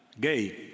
gay